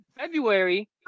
february